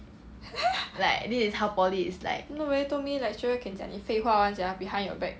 nobody told me lecturer can 讲你废话 [one] sia behind your back